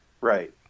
Right